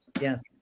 Yes